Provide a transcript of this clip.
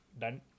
done